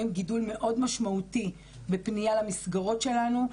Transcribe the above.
גידול מאוד משמעותי בפנייה למסגרות שלנו,